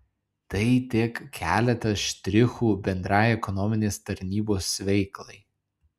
tai tik keletas štrichų bendrai ekonominės tarnybos veiklai